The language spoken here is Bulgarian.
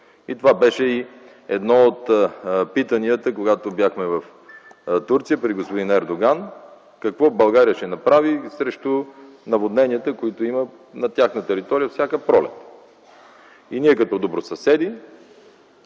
И това беше и едно от питанията, когато бяхме в Турция при господин Ердоган – какво ще направи България срещу наводненията, които има на тяхна територия всяка пролет. И ние като добри съседи,